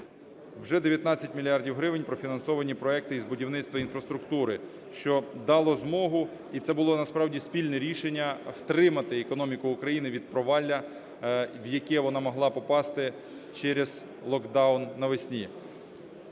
вже 19 мільярдів гривень профінансовані проекти із будівництва інфраструктури, що дало змогу, і це було насправді спільне рішення, втримати економіку України від провалля, в яке вона могла попасти через локдаун навесні.